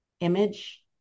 image